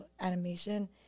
animation